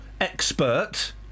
expert